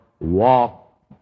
walk